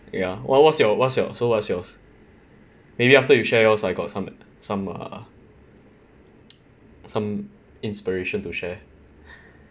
ya what what's your what's your so what's yours maybe after you share yours I got some some ah some inspiration to share